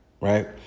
right